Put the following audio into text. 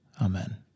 Amen